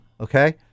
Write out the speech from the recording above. Okay